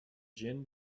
gin